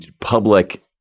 public